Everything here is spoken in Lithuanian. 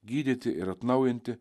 gydyti ir atnaujinti